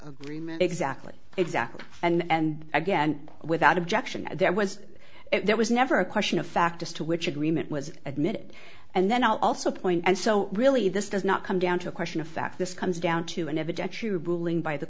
agreement exactly exactly and again without objection there was there was never a question of fact just to which agreement was admitted and then i'll also point and so really this does not come down to a question of fact this comes down to an